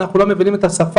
אנחנו לא מבינים את השפה,